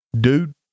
Dude